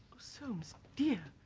soames dear